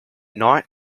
night